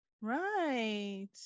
Right